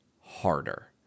harder